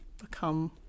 become